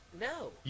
No